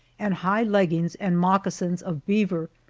and high leggings and moccasins of beaver,